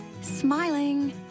Smiling